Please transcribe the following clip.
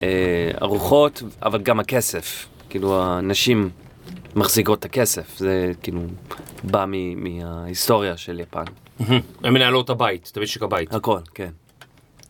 ארוחות, אבל גם הכסף, כאילו הנשים מחזיקות את הכסף, זה כאילו בא מההיסטוריה של יפן. הם מנהלות את הבית, את המשק הבית. הכל, כן.